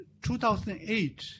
2008